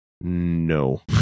no